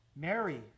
Mary